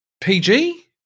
PG